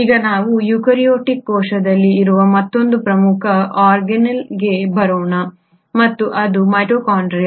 ಈಗ ನಾವು ಯುಕಾರ್ಯೋಟಿಕ್ ಕೋಶದಲ್ಲಿ ಇರುವ ಮತ್ತೊಂದು ಪ್ರಮುಖ ಆರ್ಗಾನ್ಯಿಲ್ಗೆ ಬರೋಣ ಮತ್ತು ಅದು ಮೈಟೊಕಾಂಡ್ರಿಯಾ